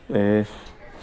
এই